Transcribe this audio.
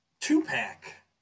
two-pack